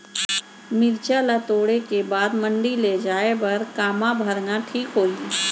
मिरचा ला तोड़े के बाद मंडी ले जाए बर का मा भरना ठीक होही?